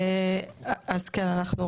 הייתה באוגוסט 2021 הוראת שעה.